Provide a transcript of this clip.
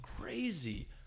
crazy